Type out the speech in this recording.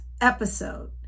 episode